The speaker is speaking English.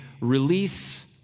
release